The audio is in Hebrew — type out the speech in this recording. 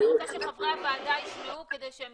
אני רוצה שחברי הוועדה ישמעו כדי שהם